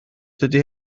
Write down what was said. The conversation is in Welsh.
dydy